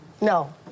No